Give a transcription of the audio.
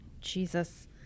Jesus